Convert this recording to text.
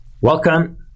Welcome